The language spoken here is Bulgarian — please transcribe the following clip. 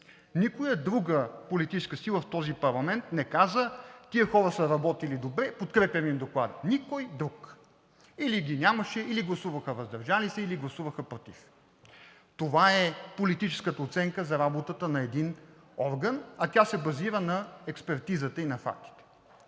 Никоя друга политическа сила в този парламент не каза: тези хора са работили добре, подкрепям им Доклада – никой друг, или ги нямаше, или гласуваха въздържали се, или гласуваха против. Това е политическата оценка за работата на един орган, а тя се базира на експертизата и на фактите.